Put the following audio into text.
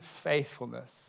faithfulness